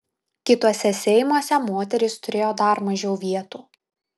kituose seimuose moterys turėjo dar mažiau vietų